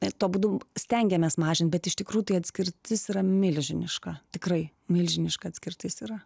ir tuo būdu stengiamės mažint bet iš tikrųjų tai atskirtis yra milžiniška tikrai milžiniška atskirtis yra